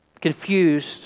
Confused